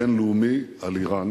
הבין-לאומי על אירן,